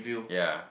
ya